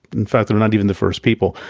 in fact they're not even the first people.